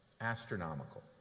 astronomical